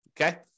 Okay